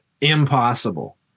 impossible